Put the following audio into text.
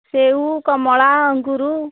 ସେଉ କମଳା ଅଙ୍ଗୁରୁ